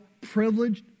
privileged